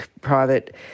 Private